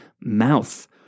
mouth